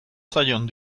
zaion